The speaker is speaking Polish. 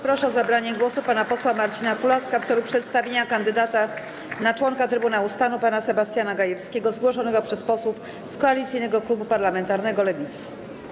Proszę o zabranie głosu pana posła Marcina Kulaska w celu przedstawienia kandydata na członka Trybunału Stanu - pana Sebastiana Gajewskiego, zgłoszonego przez posłów z Koalicyjnego Klubu Parlamentarnego Lewicy.